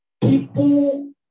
people